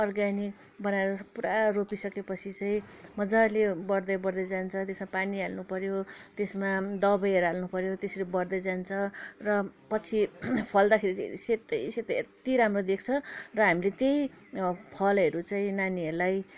organic बनाएर पुरा रोपिसकेपछि चाहिँ मजाले बढ्दै बढ्दै जान्छ त्यसमा पानी हाल्नु पऱ्यो त्यसमा दबाईहरू हाल्नु पऱ्यो त्यसरी बढ्दै जान्छ र पछि फल्दाखेरि चाहिँ सेतै सेतै यत्ति राम्रो देख्छ र हामीले त्यही फलहरू चाहिँ नानीहरूलाई